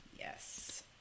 Yes